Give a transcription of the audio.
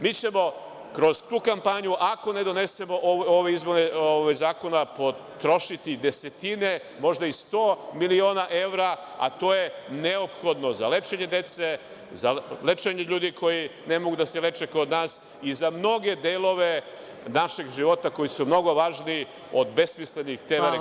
Mi ćemo kroz tu kampanju, ako ne donesemo ove izmene zakona, potrošiti desetine, a možda i 100 miliona evra, a to je neophodno za lečenje dece, za lečenje ljudi koji ne mogu da se leče kod nas i za mnoge delove naših života koji su mnogo važniji od besmislenih TV reklama političara.